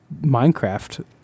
Minecraft